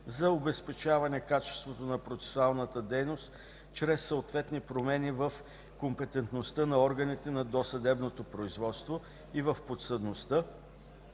за обезпечаване качеството на процесуалната дейност чрез съответни промени в компетентността на органите на досъдебното производство и в подсъдността,